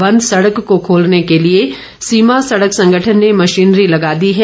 बंद सडक को खोलने के लिए सीमा सडक संगठन ने मशीनरी लगा दी है